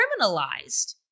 criminalized